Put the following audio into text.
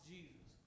Jesus